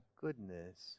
goodness